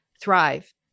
thrive